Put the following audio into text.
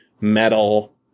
metal